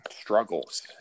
struggles